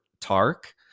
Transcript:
Tark